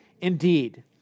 indeed